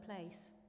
place